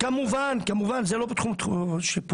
כמובן, כמובן, זה לא בתחום השיפוט.